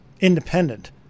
independent